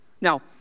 Now